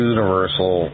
Universal